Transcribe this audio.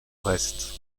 reste